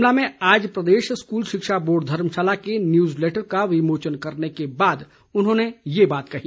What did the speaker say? शिमला में आज प्रदेश स्कूल शिक्षा बोर्ड धर्मशाला के न्यूज़ लैटर का विमोचन करने के बाद उन्होंने ये बात कही